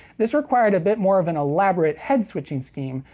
this required a bit more of an elaborate head-switching scheme,